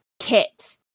kit